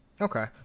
Okay